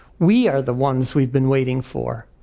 we are the ones we've been waiting for.